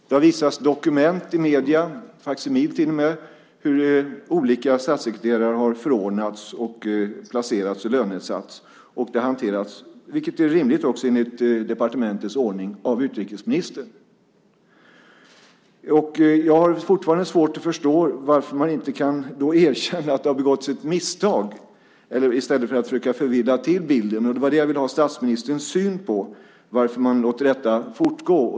Det har visats dokument i medierna, faksimil till och med, om hur olika statssekreterare har förordnats, placerats och lönesatts, och det har hanterats, vilket också är rimligt enligt departementets ordning, av utrikesministern. Jag har fortfarande svårt att förstå varför man inte kan erkänna att det har begåtts ett misstag i stället för att försöka förvilla bilden. Det var det som jag ville ha statsministerns syn på, varför man låter detta fortgå.